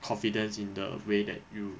confidence in the way that you